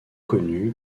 connue